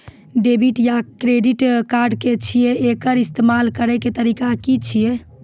Debit या credit card की छियै? एकर इस्तेमाल करैक तरीका की छियै?